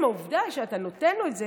עצם העובדה שאתה נותן לו את זה,